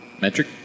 Metric